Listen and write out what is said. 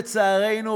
לצערנו,